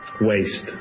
waste